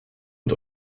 und